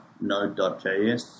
Node.js